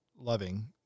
loving